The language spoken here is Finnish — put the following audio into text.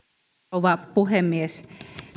rouva puhemies